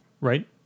right